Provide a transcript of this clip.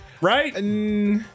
Right